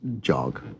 jog